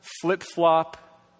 flip-flop